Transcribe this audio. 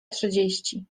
trzydzieści